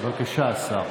בבקשה, השר.